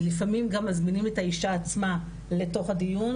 ולפעמים גם מזמינים את האישה עצמה לתוך הדיון,